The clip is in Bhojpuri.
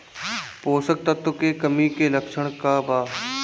पोषक तत्व के कमी के लक्षण का वा?